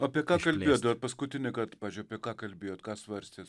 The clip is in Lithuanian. apie ką kalbėjot dabar paskutinį kartą pavyzdžiui ką kalbėjot ką svastėt